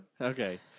Okay